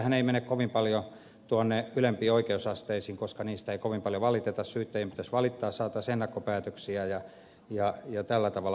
näitähän ei mene kovin paljon tuonne ylempiin oikeusasteisiin koska niistä ei kovin paljon valiteta syyttäjien pitäisi valittaa saataisiin ennakkopäätöksiä ja tällä tavalla